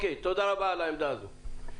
תודה רבה על העמדה הזאת.